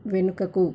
వెనుకకు